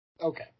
Okay